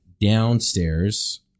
downstairs